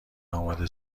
آماده